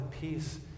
peace